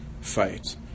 fight